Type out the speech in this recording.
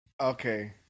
okay